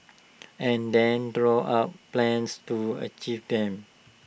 and then draw up plans to achieve them